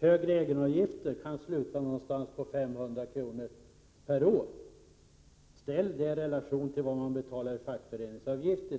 Högre egenavgifter kan sluta någonstans på 500 kr. per år. Ställ det i relation till vad man i dag betalar i fackföreningsavgift!